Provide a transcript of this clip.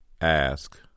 Ask